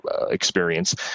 experience